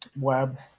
Web